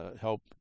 help